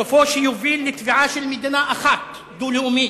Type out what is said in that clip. סופו שיוביל לתביעה של מדינה אחת דו-לאומית.